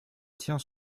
tient